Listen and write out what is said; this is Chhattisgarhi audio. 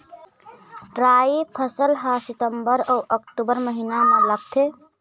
राई फसल हा सितंबर अऊ अक्टूबर महीना मा लगथे